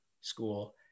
School